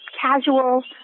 casual